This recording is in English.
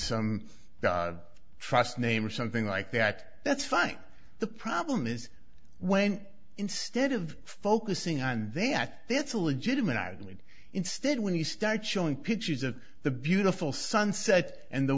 some trust name or something like that that's fine the problem is when instead of focusing on they act it's a legitimate argument instead when you start showing pictures of the beautiful sunset and the